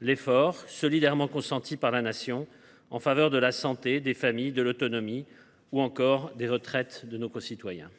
l’effort solidairement consenti par la Nation en faveur de la santé, des familles, de l’autonomie ou encore des retraites de nos concitoyens.